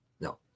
No